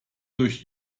durch